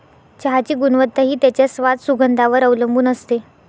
चहाची गुणवत्ता हि त्याच्या स्वाद, सुगंधावर वर अवलंबुन असते